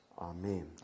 Amen